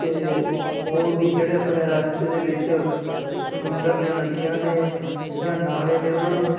ਅਤੇ ਹੋਰ ਵੀ ਜਿਹੜੇ ਆਪਣੇ ਰਸਤੇ ਦੇ ਵਿੱਚ ਸਮੁੰਦਰ ਨੇ ਨਦੀਆਂ ਨੇ ਜਾਂ ਨਾਲੇ ਨੇ ਉਹਨਾਂ ਨੂੰ